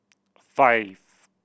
five